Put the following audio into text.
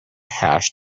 hash